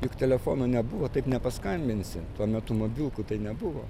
juk telefono nebuvo taip nepaskambinsi tuo metu mobilkų tai nebuvo